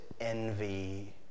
envy